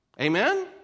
Amen